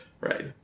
Right